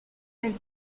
elle